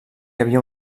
havia